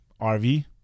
RV